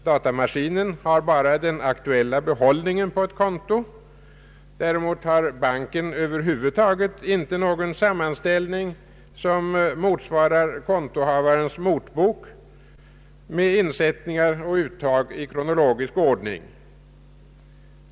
Datamaskinen har bara den aktuella behållningen på ett konto. Däremot har banken över huvud taget ingen sammanställning som motsvarar kontohavarens motbok med insättningar och uttag i kronologisk ordning.